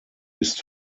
ist